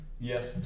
Yes